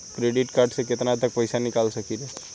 Credit card से केतना तक पइसा निकाल सकिले?